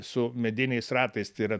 su mediniais ratais tai yra